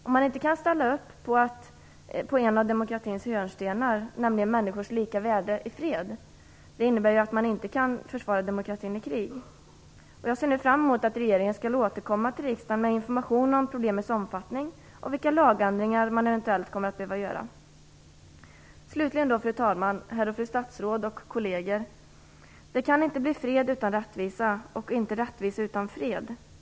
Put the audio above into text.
Om man inte kan ställa upp på en av demokratins hörnstenar, nämligen människors lika värde i fred, kan man heller inte kan försvara demokratin i krig. Jag ser nu fram emot att regeringen återkommer till riksdagen med information om problemets omfattning och om vilka lagändringar som eventuellt behöver göras. Slutligen, fru talman, herr och fru statsråd och kolleger! Det kan inte bli fred utan rättvisa, och det kan inte bli rättvisa utan fred.